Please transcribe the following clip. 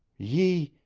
ye.